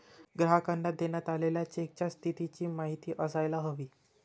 ग्राहकांना देण्यात आलेल्या चेकच्या स्थितीची माहिती असायला हवी